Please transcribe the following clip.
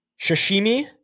sashimi